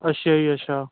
ਅੱਛਾ ਜੀ ਅੱਛਾ